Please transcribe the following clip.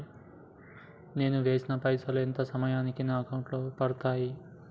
నేను వేసిన పైసలు ఎంత సమయానికి నా అకౌంట్ లో పడతాయి?